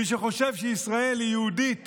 מי שחושב שישראל היא יהודית